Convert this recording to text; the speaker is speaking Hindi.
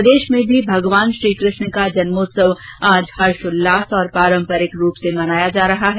प्रदेश में भी भगवान श्रीकृष्ण का जन्मोत्सव आज हर्षोल्लास और पारम्पारिक रूप से मनाया जा रहा है